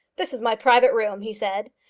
this is my private room, he said.